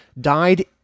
died